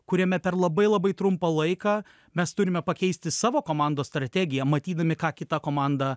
kuriame per labai labai trumpą laiką mes turime pakeisti savo komandos strategiją matydami ką kita komanda